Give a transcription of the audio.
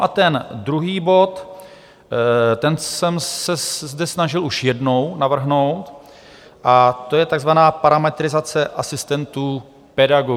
A ten druhý bod, ten jsem se zde snažil už jednou navrhnout, to je takzvaná parametrizace asistentů pedagoga.